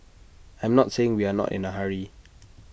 I'm not saying we are not in A hurry